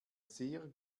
sehr